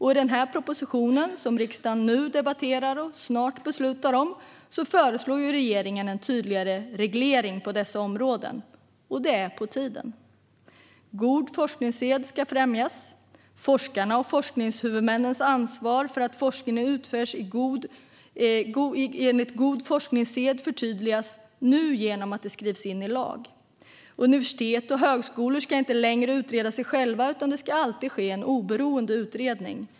I den proposition som riksdagen nu debatterar och snart beslutar om föreslår regeringen en tydligare reglering på dessa områden. Det är på tiden. God forskningssed ska främjas. Forskarnas och forskningshuvudmännens ansvar för att forskningen utförs enligt god forskningssed förtydligas nu genom att det skrivs in i lag. Universitet och högskolor ska inte längre utreda sig själva, utan det ska alltid ske en oberoende utredning.